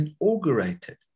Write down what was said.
inaugurated